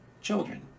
children